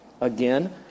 Again